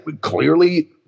clearly